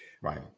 Right